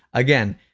again,